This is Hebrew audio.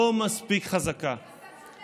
אתה צודק, אתה צודק.